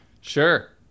Sure